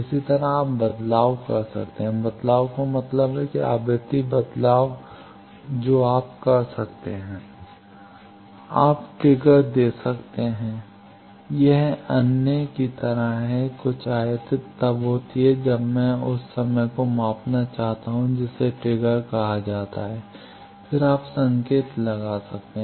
इसी तरह आप बदलाव कर सकते हैं बदलाव का मतलब है कि आवृत्ति बदलाव जो आप कर सकते हैं आप ट्रिगर दे सकते हैं यह अन्य की तरह है कि कुछ आयातित तब होती है जब मैं उस समय को मापना चाहता हूं जिसे ट्रिगर कहा जाता है फिर आप संकेत लगा सकते हैं